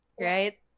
right